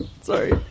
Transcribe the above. sorry